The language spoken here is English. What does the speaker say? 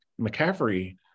McCaffrey